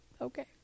okay